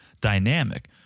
dynamic